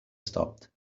stopped